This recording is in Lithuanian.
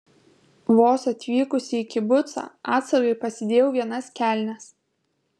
vos atvykusi į kibucą atsargai pasidėjau vienas kelnes